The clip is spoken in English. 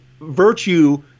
Virtue